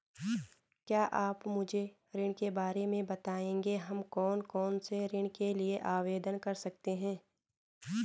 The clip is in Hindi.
क्या आप मुझे ऋण के बारे में बताएँगे हम कौन कौनसे ऋण के लिए आवेदन कर सकते हैं?